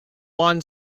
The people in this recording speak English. juan